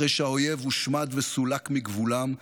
אחרי שהאויב הושמד וסולק מגבולם,